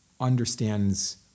understands